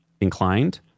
inclined